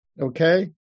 Okay